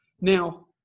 Now